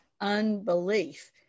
unbelief